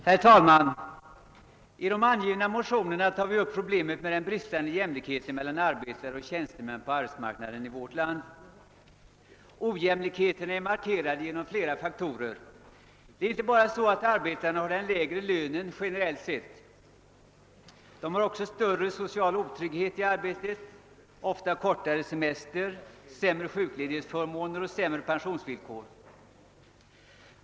Herr talman! I de här föreliggande motionerna tar vi upp problemet med den bristande jämlikheten mellan arbetare och tjänstemän på arbetsmarknaden här i landet. Den bristande jämlikheten är markerad genom flera faktorer. Det är inte bara så, att arbetarna har den lägre lönen generellt sett, utan de har också större social otrygghet i arbetet, ofta kortare semester, sämre sjukledighetsförmåner och sämre pensionsvillkor.